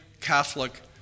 Catholic